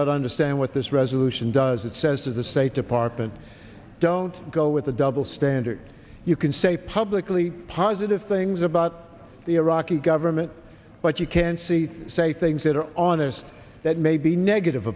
of understand what this resolution does it says to the state department don't go with a double standard you can say publicly positive things about the iraqi government but you can't see say things that are on theirs that may be negative